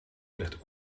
ligt